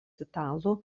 italų